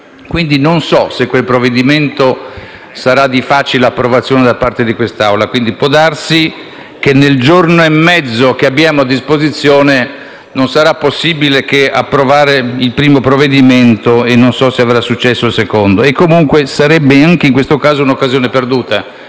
Quindi, non so se quel provvedimento sarà di facile approvazione da parte di quest'Assemblea. Può darsi che nel giorno e mezzo che abbiamo a disposizione non sarà possibile fare altro che approvare il primo provvedimento in calendario, e non so se avrà successo il secondo. Comunque sia, sarebbe anche in questo caso un'occasione perduta